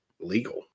legal